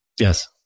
Yes